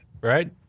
right